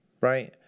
right